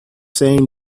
same